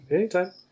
Anytime